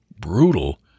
brutal